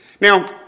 Now